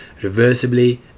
reversibly